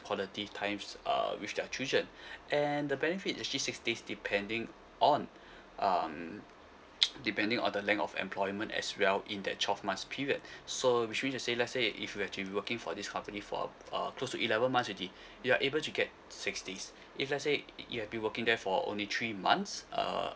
quality times err with their children and the benefit actually six days depending on um depending on the length of employment as well in that twelve months period so which means to say let say if you're actually working for this company for uh uh close to eleven months already you're able to get six days if let say you have been working there for only three months uh